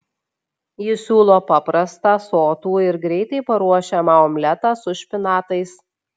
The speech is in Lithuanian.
jis siūlo paprastą sotų ir greitai paruošiamą omletą su špinatais